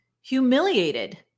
humiliated